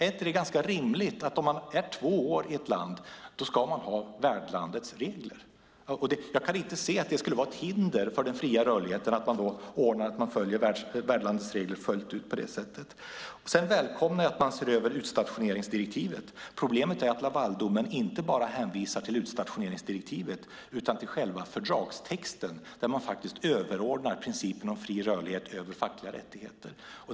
Är det inte ganska rimligt att om man är två år i ett land ska värdlandets regler gälla? Jag kan inte se att det skulle vara ett hinder för den fria rörligheten att man ordnar det så att värdlandets regler följs fullt ut. Sedan välkomnar jag att man ser över utstationeringsdirektivet. Problemet är att Lavaldomen inte bara hänvisar till utstationeringsdirektivet utan till själva fördragstexten där principen om fri rörlighet faktiskt överordnas fackliga rättigheter.